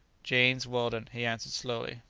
james weldon, he answered slowly.